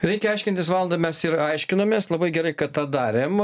reikia aiškintis valdomės ir aiškinamės labai gerai kad tą darėm